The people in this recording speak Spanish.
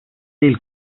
del